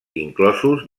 inclosos